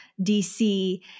DC